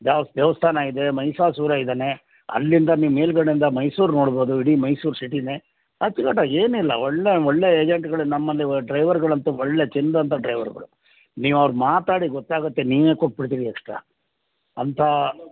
ದೇವ ದೇವಸ್ಥಾನ ಇದೆ ಮಹಿಸಾಸುರ ಇದ್ದಾನೆ ಅಲ್ಲಿಂದ ನೀವು ಮೇಲ್ಗಡೆಯಿಂದ ಮೈಸೂರು ನೋಡಬೋದು ಇಡೀ ಮೈಸೂರು ಸಿಟಿಯೇ ಅಚ್ಚುಕಟ್ಟಾಗಿ ಏನೂ ಇಲ್ಲ ಒಳ್ಳೆ ಒಳ್ಳೆ ಏಜೆಂಟ್ಗಳು ನಮ್ಮಲ್ಲಿ ಡ್ರೈವರ್ಗಳಂತೂ ಒಳ್ಳೆ ಚಿನ್ನದಂಥ ಡ್ರೈವರ್ಗಳು ನೀವು ಅವರು ಮಾತಾಡಿ ಗೊತ್ತಾಗುತ್ತೆ ನೀವೇ ಕೊಟ್ಬಿಡ್ತೀರಿ ಎಕ್ಸ್ಟ್ರಾ ಅಂತ